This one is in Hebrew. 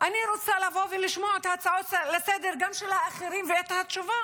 אני רוצה לבוא ולשמוע גם את ההצעות של האחרים לסדר-היום ואת התשובה